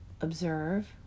observe